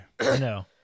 No